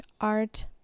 art